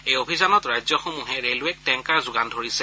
এই অভিযানত ৰাজ্যসমূহে ৰেলৱেক টেংকাৰ যোগান ধৰিছে